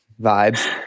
vibes